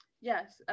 Yes